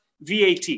VAT